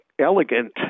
elegant